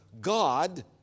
God